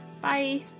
bye